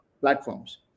platforms